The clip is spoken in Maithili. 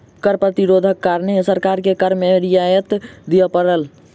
कर प्रतिरोधक कारणें सरकार के कर में रियायत दिअ पड़ल